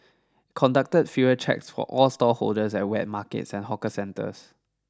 conducted fever checks for all stallholders at wet markets and hawker centres